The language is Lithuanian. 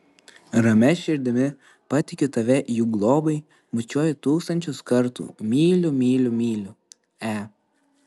ramia širdimi patikiu tave jų globai bučiuoju tūkstančius kartų myliu myliu myliu e